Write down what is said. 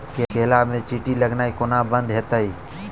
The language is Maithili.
केला मे चींटी लगनाइ कोना बंद हेतइ?